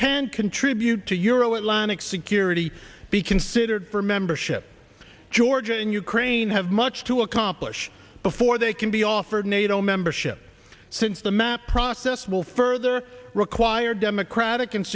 can contribute to your o atlantic security be considered for membership georgia and ukraine have much to accomplish before they can be offered nato membership since the map process will further require democratic and